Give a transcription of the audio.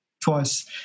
Twice